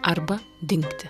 arba dingti